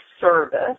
service